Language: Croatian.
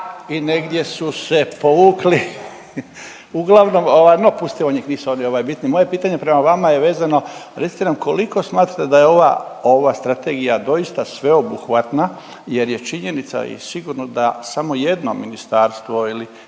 i negdje su se povukli, uglavnom, ovaj, no, pustimo njih, nisu ovdje bitni. Moje pitanje prema je vezano, recite nam, koliko smatrate da je ova Strategija doista sveobuhvatna je jer je činjenica i sigurno da samo jedno ministarstvo ili